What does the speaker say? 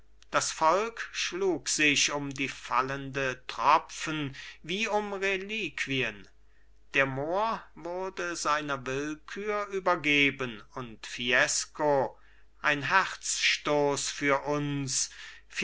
das volk schlug sich um die fallende tropfen wie um reliquien der mohr wurde seiner willkür übergeben und fiesco ein herzstoß für uns